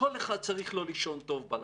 כל אחד צריך לא לישון טוב בלילה.